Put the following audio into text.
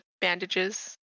bandages